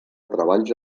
treballs